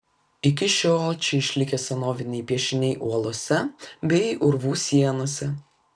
iki šiol čia išlikę senoviniai piešiniai uolose bei urvų sienose